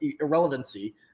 irrelevancy